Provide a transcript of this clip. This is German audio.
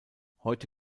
heute